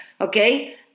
Okay